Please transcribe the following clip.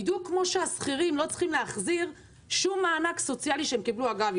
בדיוק כמו שהשכירים לא צריכים להחזיר שום מענק סוציאלי שהם קיבלו אגב,